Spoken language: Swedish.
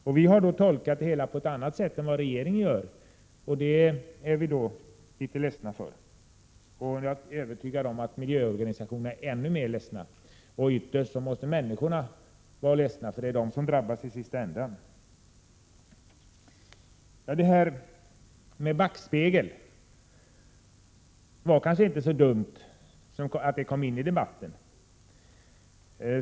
Regeringen har tolkat saken på ett annat sätt än vi, och det är vi litet ledsna för. Jag är övertygad om att miljöorganisationerna är ännu mera ledsna, och ytterst är människorna ledsna, för det är de som drabbas i slutänden. Det kanske inte är så dumt att detta med backspegeln kom in i debatten.